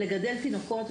לגדל תינוקות,